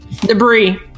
Debris